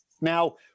Now